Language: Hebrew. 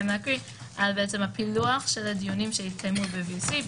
להקריא על פילוח הדיונים שהתקיימו ב-VC,